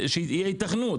שתהיה היתכנות,